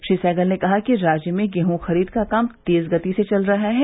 श्री सहगल ने कहा कि राज्य में गेहूँ खरीद का काम तेज गति से चल रहा है